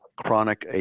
chronic